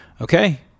Okay